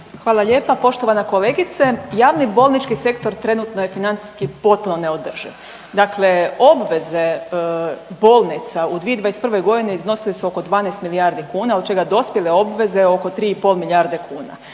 Hvala lijepa, poštovana kolegice. Jadni bolnički sektor trenutno je financijski potpuno neodrživ, dakle obveze bolnica u 2021. g. iznosile su oko 12 milijardi kuna, od čega dospjele obveze oko 3,5 milijarde kuna.